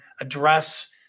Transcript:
address